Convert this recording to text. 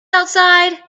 outside